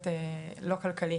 לא כלכלי.